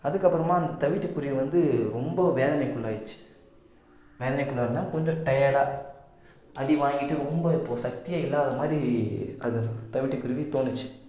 அதற்கப்பறமா அந்த தவிட்டுக்குருவி வந்து ரொம்ப வேதனைக்கு உள்ளாயிடுச்சு வேதனைக்கு உள்ளாயிட்டுன்னா கொஞ்சம் டயர்டாக அடிவாங்கிட்டு ரொம்ப சக்தியே இல்லாத மாதிரி அந்த தவிட்டுக்குருவி தோணுச்சு